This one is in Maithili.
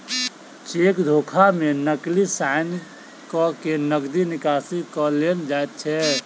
चेक धोखा मे नकली साइन क के नगदी निकासी क लेल जाइत छै